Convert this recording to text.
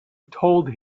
told